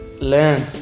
learn